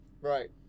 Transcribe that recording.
Right